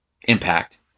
Impact